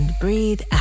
breathe